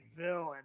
villain